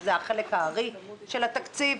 זה חלק הארי של התקציב,